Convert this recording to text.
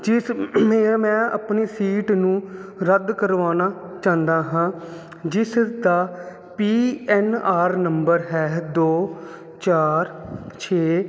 ਜਿਸ ਮੇ ਮੈਂ ਆਪਣੀ ਸੀਟ ਨੂੰ ਰੱਦ ਕਰਵਾਉਣਾ ਚਾਹੁੰਦਾ ਹਾਂ ਜਿਸ ਦਾ ਪੀਐਨਆਰ ਨੰਬਰ ਹੈ ਦੋ ਚਾਰ ਛੇ